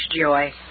joy